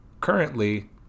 currently